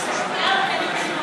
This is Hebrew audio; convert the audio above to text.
זה גם נופל בזה.